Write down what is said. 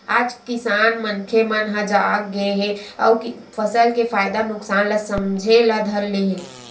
आज किसान मनखे मन ह जाग गे हे अउ फसल के फायदा नुकसान ल समझे ल धर ले हे